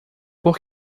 por